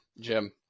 Jim